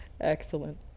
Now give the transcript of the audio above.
excellent